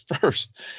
first